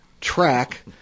track